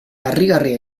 harrigarria